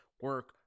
Work